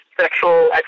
sexual